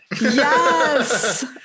yes